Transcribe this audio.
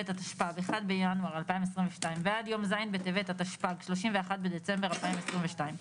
התשפ"ב (1 בינואר 2022) ועד יום ז' בטבת התשפ"ג (31 בדצמבר 2022),